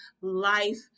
life